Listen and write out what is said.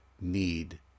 need